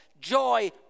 joy